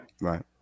right